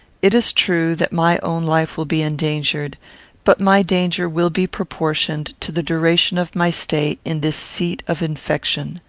it is true that my own life will be endangered but my danger will be proportioned to the duration of my stay in this seat of infection.